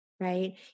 right